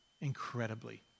Incredibly